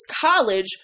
college